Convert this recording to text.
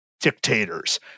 dictators